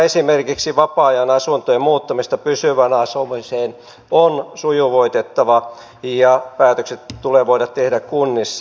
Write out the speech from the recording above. esimerkiksi vapaa ajanasuntojen muuttamista pysyvään asumiseen on sujuvoitettava ja päätökset tulee voida tehdä kunnissa